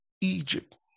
Egypt